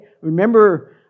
remember